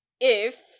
If